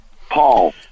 Paul